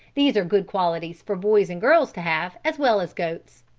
these are good qualities for boys and girls to have as well as goats.